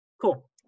cool